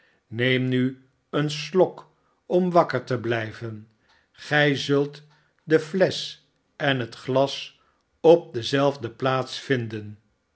neem nu een slok om wakker te blijven gij zult de flesch en het glas op dezelfde